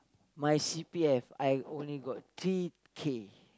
my C_P_F I only got three K